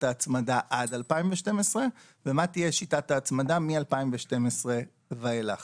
ההצמדה עד 2012 ומה תהיה שיטת ההצמדה מ-2012 ואילך.